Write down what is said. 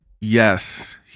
yes